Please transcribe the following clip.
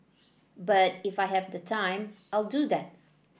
but if I have the time I'll do that